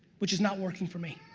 which is not working for me.